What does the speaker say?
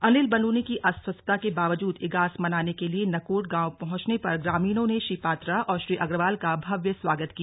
अनिल बलूनी की अस्वस्थता के बावजूद इगास मनाने के लिए नकोट गांव पहुंचने पर ग्रामीणों ने श्री पात्रा और श्री अग्रवाल का भव्य स्वागत किया